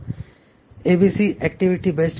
ABC activity based costing system